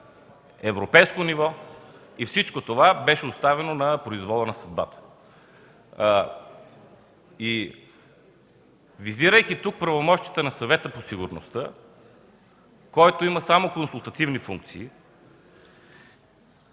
европейско ниво. Всичко това беше оставено на произвола на съдбата. Визирайки тук правомощията на Съвета по сигурността, който има само консултативни и